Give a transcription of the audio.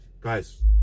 guys